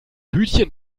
hütchen